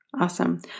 Awesome